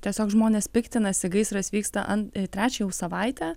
tiesiog žmonės piktinasi gaisras vyksta an trečią jau savaitę